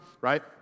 right